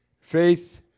Faith